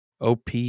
Op